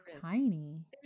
tiny